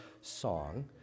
song